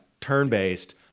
turn-based